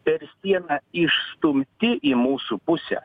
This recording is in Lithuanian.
per sieną išstumti į mūsų pusę